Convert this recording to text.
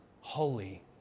holy